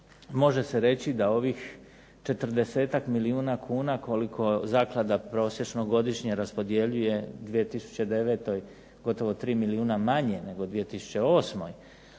može se reći da ovih četrdesetak milijuna kuna koliko zaklada prosječno godišnje raspodjeljuje u 2009. gotovo 3 milijuna manje nego u 2008.,